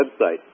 website